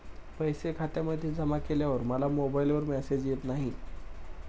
पैसे खात्यामध्ये जमा केल्यावर मला मोबाइलवर मेसेज येत नाही?